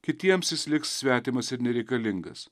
kitiems jis liks svetimas ir nereikalingas